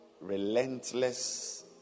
relentless